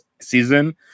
season